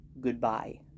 goodbye